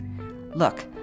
Look